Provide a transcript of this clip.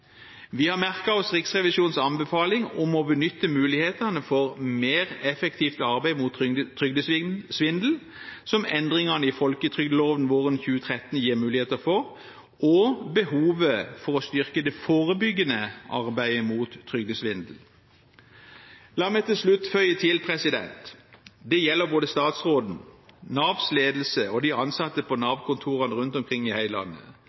Vi har merket oss Riksrevisjonens anbefaling om å benytte mulighetene for mer effektivt arbeid mot trygdesvindel, som endringene i folketrygdloven våren 2013 gir muligheter for, og behovet for å styrke det forebyggende arbeidet mot trygdesvindel. La meg til slutt føye til, og det gjelder både statsråden, Navs ledelse og de ansatte på Nav-kontorene rundt omkring i hele landet: